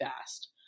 fast